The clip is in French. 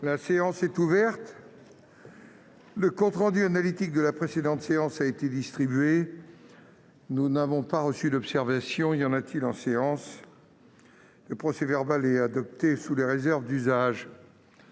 La séance est ouverte. Le compte rendu analytique de la précédente séance a été distribué. Il n'y a pas d'observation ?... Le procès-verbal est adopté sous les réserves d'usage.